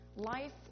Life